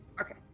okay